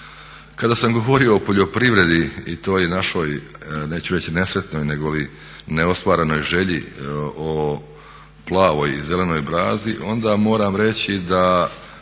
Kada sam govorio o poljoprivredi i toj našoj, neću reći nesretnoj negoli neostvarenoj želji o plavoj i zelenoj brazdi, onda moram reći da